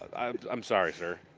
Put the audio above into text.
um i'm sorry, sir.